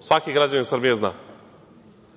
Svaki građanin Srbije to